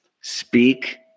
speak